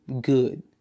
good